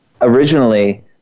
originally